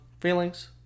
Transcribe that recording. feelings